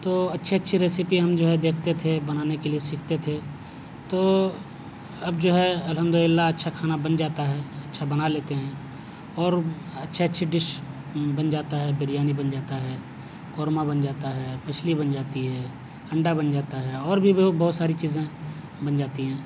تو اچھی اچھی ریسیپی ہم جو ہے دیکھتے تھے بنانے کے لیے سیکھتے تھے تو اب جو ہے الحمد للہ اچھا کھانا بن جاتا ہے اچھا بنا لیتے ہیں اور اچھی اچھی ڈش بن جاتا ہے بریانی بن جاتا ہے قورمہ بن جاتا ہے مچھلی بن جاتی ہے انڈا بن جاتا ہے اور بھی بہت ساری چیزیں بن جاتی ہیں